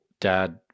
dad